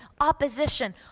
opposition